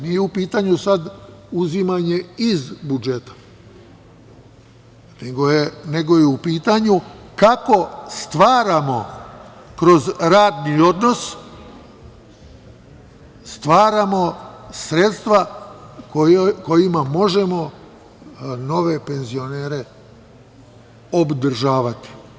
Nije u pitanju sada uzimanje iz budžeta, nego je u pitanju kako stvaramo kroz radni odnos sredstva kojima možemo nove penzionere obdržavati.